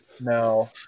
No